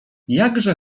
jakże